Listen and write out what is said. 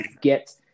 get